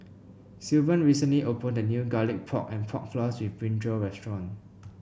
Sylvan recently opened a new Garlic Pork and Pork Floss with brinjal restaurant